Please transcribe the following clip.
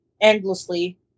endlessly